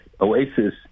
oasis